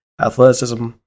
athleticism